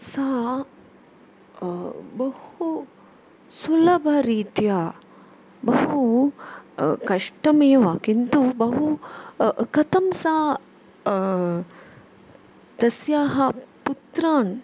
सा बहु सुलभबरीत्या बहु कष्टमेव किन्तु बहु कथं सा तस्याः पुत्रान्